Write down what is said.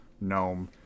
gnome